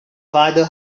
father